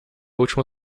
última